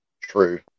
True